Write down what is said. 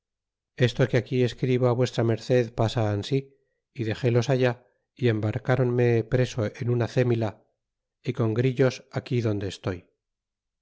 esto que aquí escribo á v merced pasa ansi y dexélos allá y embarcronme preso en una cémilla y con pillos aquí donde estoy